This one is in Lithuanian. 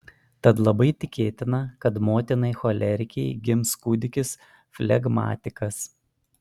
tad labai tikėtina kad motinai cholerikei gims kūdikis flegmatikas